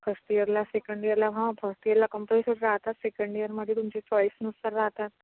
first ईयरला second ईयरला first ईयरला कम्पलसरी राहतात सेकंड ईयरमध्ये तुमच्या चॉईसनुसार राहतात